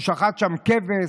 הוא שחט שם כבש,